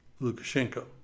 Lukashenko